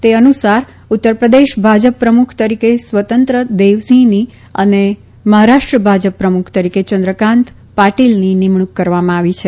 તે અનુસાર ઉત્તરપ્રદેશ ભાજપ પ્રમુખ તરીકે સ્વતંત્ર દેવસિંહની અને મહારાષ્ટ્ર ભાજપ પ્રમુખ તરીકે ચંદ્રકાન્ત પાટીલની નિમણુંક કરવામાં આવી છે